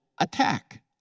attack